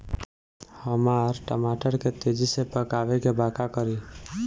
हमरा टमाटर के तेजी से पकावे के बा का करि?